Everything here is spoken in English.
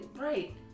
Right